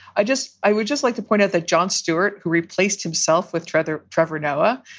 i just i would just like to point out that jon stewart, who replaced himself with tretter, trevor noah,